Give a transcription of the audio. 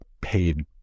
paid